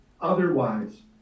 otherwise